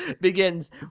begins